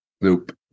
nope